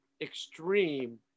extreme